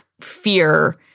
fear